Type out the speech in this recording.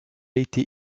été